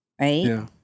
right